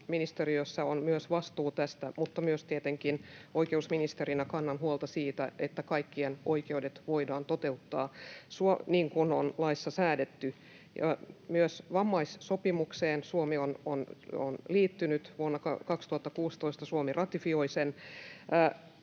terveysministeriössä on myös vastuu tästä, mutta myös tietenkin oikeusministerinä kannan huolta siitä, että kaikkien oikeudet voidaan toteuttaa niin kuin on laissa säädetty. Suomi on myös liittynyt vammaissopimukseen. Vuonna 2016 Suomi ratifioi sen.